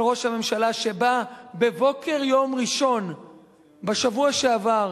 של ראש הממשלה, שבא בבוקר יום ראשון בשבוע שעבר